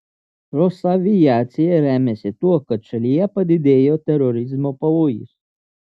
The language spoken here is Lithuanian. rosaviacija remiasi tuo kad šalyje padidėjo terorizmo pavojus